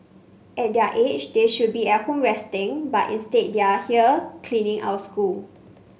at their age they should be at home resting but instead they are here cleaning our school